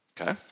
okay